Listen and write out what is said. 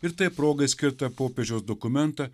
ir tai progai skirtą popiežiaus dokumentą